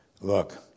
look